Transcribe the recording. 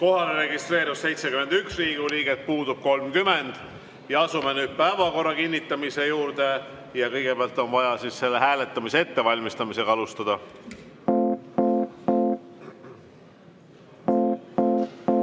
registreerus 71 Riigikogu liiget, puudub 30.Asume nüüd päevakorra kinnitamise juurde ja kõigepealt on vaja selle hääletamise ettevalmistamist alustada.